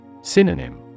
Synonym